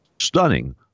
Stunning